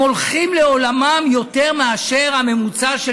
הם הולכים לעולמם יותר מאשר הממוצע של